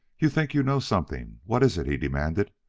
you think you know something! what is it? he demanded.